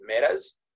matters